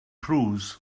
cruise